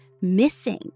missing